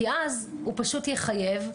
כי אז הוא פשוט יחייב,